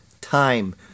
time